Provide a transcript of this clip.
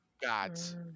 gods